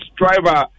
driver